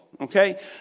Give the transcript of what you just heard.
okay